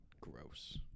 gross